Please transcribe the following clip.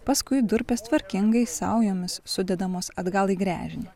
paskui durpes tvarkingai saujomis sudedamos atgal į gręžinį